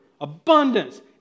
abundance